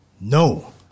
no